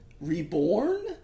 reborn